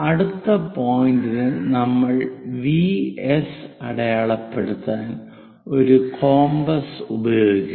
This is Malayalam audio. അടുത്ത പോയിന്റ് നമ്മൾ വി എസ് അടയാളപ്പെടുത്താൻ ഒരു കോമ്പസ് ഉപയോഗിക്കണം